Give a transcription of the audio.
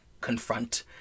confront